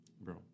Bro